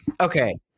okay